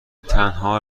تنها